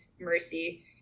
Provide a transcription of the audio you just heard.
mercy